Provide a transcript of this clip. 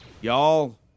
Y'all